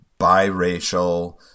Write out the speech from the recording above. biracial